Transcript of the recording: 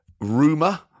rumor